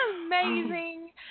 Amazing